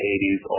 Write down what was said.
80s